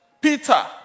Peter